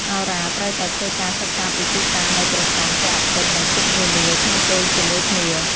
ហោរាត្រូវតែធ្វើការសិក្សាពីទីតាំងនៃព្រះចន្ទ ព្រះអាទិត្យ និងភពនានាក្នុងពេលជាមួយគ្នា។